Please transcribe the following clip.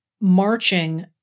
marching